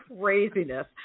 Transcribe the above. craziness